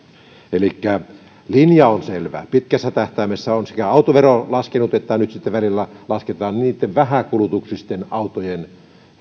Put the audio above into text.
elikkä linja on selvä pitkässä tähtäimessä sekä autovero on laskenut että nyt sitten välillä lasketaan niitten vähäkulutuksisten autojen